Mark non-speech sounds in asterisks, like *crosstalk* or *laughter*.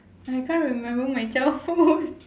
I can't remember my childhood *laughs*